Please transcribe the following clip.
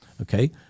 Okay